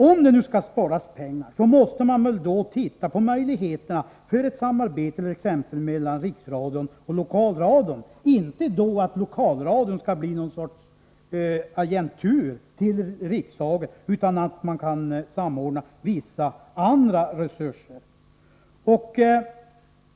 Om det nu skall sparas pengar, måste man väl se på möjligheterna till ett samarbete exempelvis mellan Riksradion och Lokalradion — inte så att Lokalradion blir någon sorts agentur för Riksradion utan att vissa andra resurser kan samordnas.